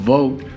Vote